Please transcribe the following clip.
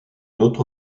autre